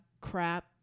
crap